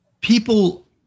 people